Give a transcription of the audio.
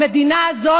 במדינה הזאת,